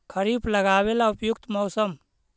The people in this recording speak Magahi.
खरिफ लगाबे ला उपयुकत मौसम?